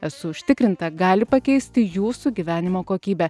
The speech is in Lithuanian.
esu užtikrinta gali pakeisti jūsų gyvenimo kokybę